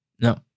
No